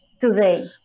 today